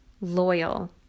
loyal